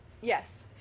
Yes